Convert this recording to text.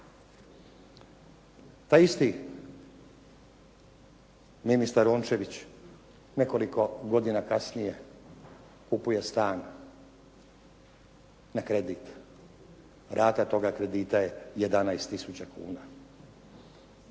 Taj isti ministar Rončević, nekoliko godina kasnije kupuje stan na kredit. Rata toga kredita je 11 tisuća kuna.